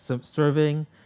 Serving